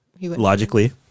logically